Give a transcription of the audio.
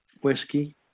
whiskey